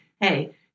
hey